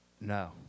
No